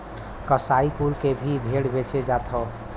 कसाई कुल के भी भेड़ बेचे जात हौ